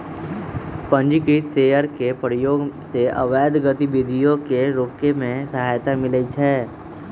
पंजीकृत शेयर के प्रयोग से अवैध गतिविधियों के रोके में सहायता मिलइ छै